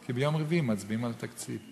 כי ביום רביעי מצביעים על התקציב.